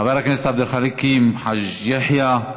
חבר הכנסת עבד אל חכים חאג' יחיא,